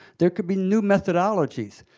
there could be new methodologies.